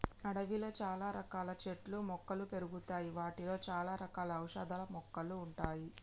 అడవిలో చాల రకాల చెట్లు మొక్కలు పెరుగుతాయి వాటిలో చాల రకాల ఔషధ మొక్కలు ఉంటాయి